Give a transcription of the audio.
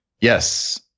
Yes